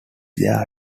there